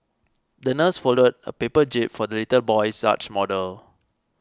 the nurse folded a paper jib for the little boy's yacht model